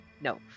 No